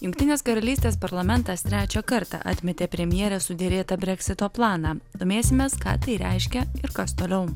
jungtinės karalystės parlamentas trečią kartą atmetė premjerės suderėtą breksito planą domėsimės ką tai reiškia ir kas toliau